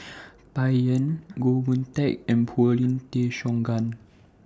Bai Yan Goh Boon Teck and Paulin Tay Straughan